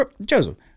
Joseph